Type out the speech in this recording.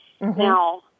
Now